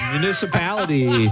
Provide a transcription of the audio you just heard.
Municipality